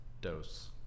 Dose